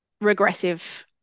regressive